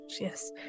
yes